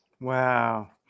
wow